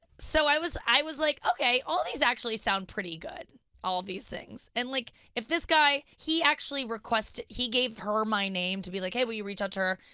so i was i was like, okay, all these actually sound pretty good all these things, and like, if this guy, he actually requested, he gave her my name to be like, hey, will you reach out to her?